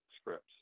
scripts